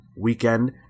weekend